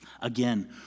Again